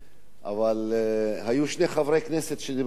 אבל היו שני חברי כנסת שדיברו לפני,